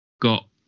got